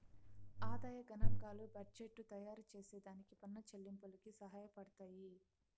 ఆదాయ గనాంకాలు బడ్జెట్టు తయారుచేసే దానికి పన్ను చెల్లింపులకి సహాయపడతయ్యి